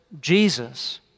Jesus